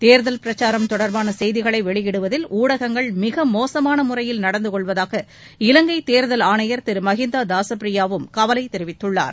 தேர்தல் பிரச்சாரம் தொடர்பான செய்திகளை வெளியிடுவதில் ஊடகங்கள் மிக மோசமான முறையில் நடந்து கொள்வதாக இலங்கை தேர்தல் ஆணையர் கவலை தெரிவித்துள்ளார்